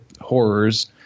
horrors